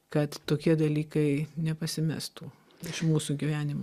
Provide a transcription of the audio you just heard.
kad tokie dalykai nepasimestų iš mūsų gyvenimo